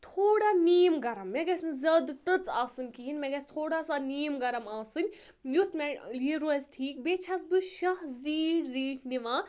تھوڑا نیٖم گَرم مےٚ گژھہِ نہٕ زیادٕ تٔژ آسٕنۍ کِہیٖنۍ مےٚ گژھہِ تھوڑا سا نیٖم گَرم آسٕنۍ یُتھ مےٚ یہِ روزِ ٹھیٖک بیٚیہِ چھیٚس بہٕ شاہ زیٖٹھۍ زیٖٹھۍ نِوان